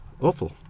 awful